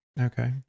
Okay